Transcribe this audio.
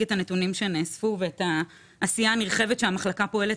את הנתונים שנאספו ואת העשייה הנרחבת שהמחלקה פועלת